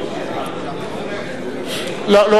דיון מקיף בנושא הזה,